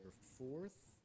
fourth